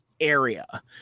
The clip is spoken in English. area